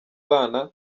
bana